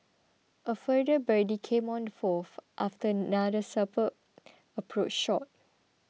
a further birdie came on the fourth after another superb approach shot